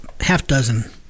half-dozen